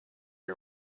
you